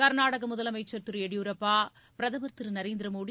கர்நாடக முதலமைச்சர் திரு எடியூரப்பா பிரதமர் திரு நரேந்திர மோடி